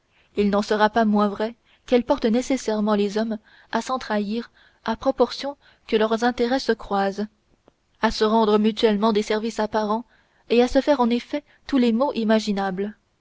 il n'en sera pas moins vrai qu'elle porte nécessairement les hommes à sentre haïr à proportion que leurs intérêts se croisent à se rendre mutuellement des services apparents et à se faire en effet tous les maux imaginables